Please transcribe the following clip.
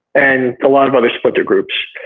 and a lot of other splinter groups.